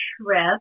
trip